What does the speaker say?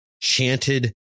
chanted